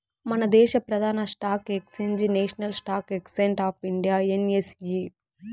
మనదేశ ప్రదాన stock exchange national stock exchange of India NSE